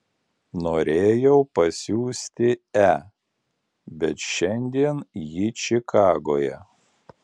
norėjau pasiųsti e bet šiandien ji čikagoje